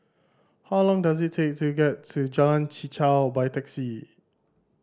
how long does it take to get to Jalan Chichau by taxi